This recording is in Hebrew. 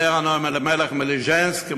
אומר ה"נועם אלימלך" מליז'נסק,